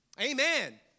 Amen